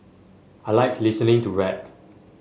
I like listening to rap